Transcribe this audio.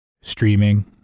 streaming